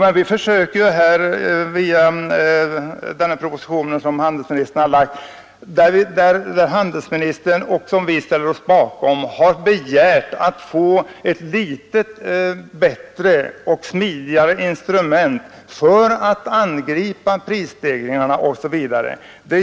Men vi försöker genom den proposition som handelsministern lagt och som vi ställer oss bakom att få ett bättre och smidigare instrument för att angripa prisstegringar osv.